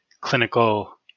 clinical